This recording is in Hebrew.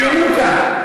ינוקא.